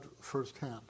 firsthand